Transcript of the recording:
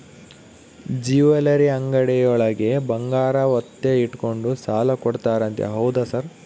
Jewellery ಅಂಗಡಿಯೊಳಗ ಬಂಗಾರ ಒತ್ತೆ ಇಟ್ಕೊಂಡು ಸಾಲ ಕೊಡ್ತಾರಂತೆ ಹೌದಾ ಸರ್?